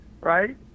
right